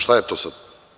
Šta je to sad?